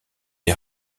des